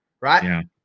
right